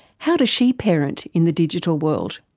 how does she parent in the digital world?